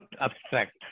abstract